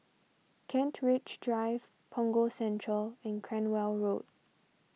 Kent Ridge Drive Punggol Central and Cranwell Road